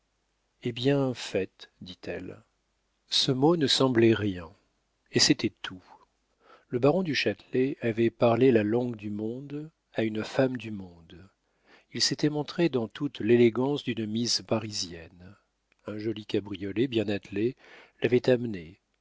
hé bien faites dit-elle ce mot ne semblait rien et c'était tout le baron du châtelet avait parlé la langue du monde à une femme du monde il s'était montré dans toute l'élégance d'une mise parisienne un joli cabriolet bien attelé l'avait amené